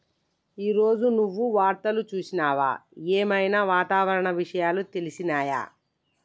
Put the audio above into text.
ఈ రోజు నువ్వు వార్తలు చూసినవా? ఏం ఐనా వాతావరణ విషయాలు తెలిసినయా?